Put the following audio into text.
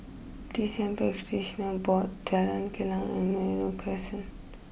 T C M Practitioner Board Jalan Kilang and Merino Crescent